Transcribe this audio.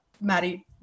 Maddie